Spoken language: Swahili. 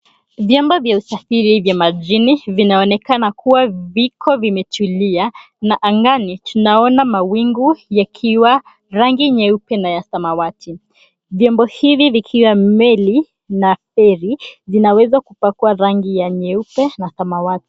Vyombo vya usafiri vya majini vinaonekana kuwa viko vimetulia na angani tunaona mawingu yakiwa rangi nyeupe na ya samawati. Vyombo hivi vikiwa meli na feri zinawezwa kupakwa rangi ya nyeupe na samawati.